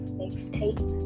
mixtape